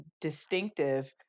distinctive